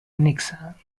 anexa